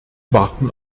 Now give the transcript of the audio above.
warten